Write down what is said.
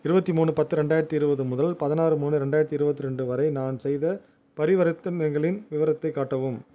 இருபத்தி மூணு பத்து ரெண்டாயிரத்து இருபது முதல் பதினாறு மூணு ரெண்டாயிரத்து இருபத்தி ரெண்டு வரை நான் செய்த பரிவர்த்தனைகளின் விவரத்தை காட்டவும்